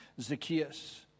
Zacchaeus